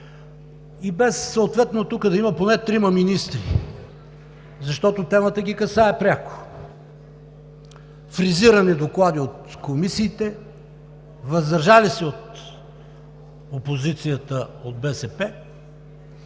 и без съответно тук да има поне трима министри, защото темата ги касае пряко, фризирани доклади от комисиите, „въздържали се“ от опозицията, от БСП